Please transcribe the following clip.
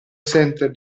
center